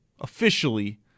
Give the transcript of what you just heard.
officially